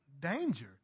danger